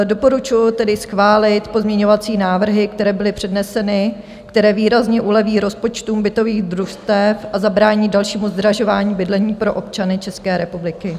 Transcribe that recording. Doporučuji tedy schválit pozměňovací návrhy, které byly předneseny, které výrazně uleví rozpočtům bytových družstev a zabrání dalšímu zdražování bydlení pro občany České republiky.